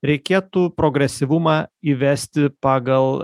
reikėtų progresyvumą įvesti pagal